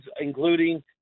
including